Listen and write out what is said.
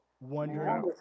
wondering